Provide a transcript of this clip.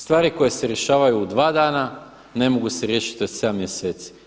Stvari koje se rješavaju u dva dana, ne mogu se riješiti od 7 mjeseci.